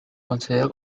consideró